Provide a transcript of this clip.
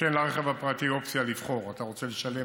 ונותן לרכב הפרטי אופציה לבחור: אתה רוצה לשלם,